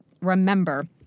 remember